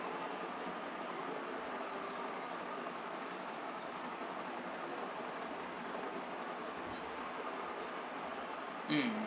mm